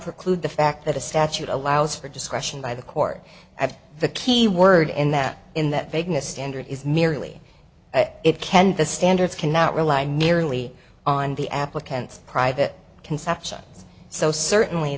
preclude the fact that a statute allows for discretion by the court of the key word in that in that vagueness standard is merely it can the standards cannot rely merely on the applicant's private conception so certainly